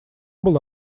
был